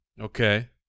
Okay